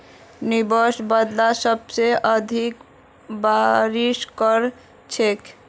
nimbus बादल सबसे अधिक बारिश कर छेक